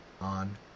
on